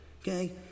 okay